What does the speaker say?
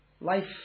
Life